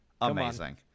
Amazing